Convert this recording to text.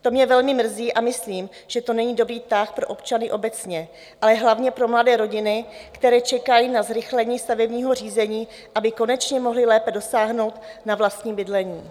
To mě velmi mrzí a myslím, že to není dobrý tah pro občany obecně, ale hlavně pro mladé rodiny, které čekají na zrychlení stavebního řízení, aby konečně mohly lépe dosáhnout na vlastní bydlení.